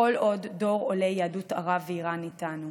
כל עוד דור עולי יהדות ערב ואיראן איתנו.